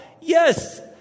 Yes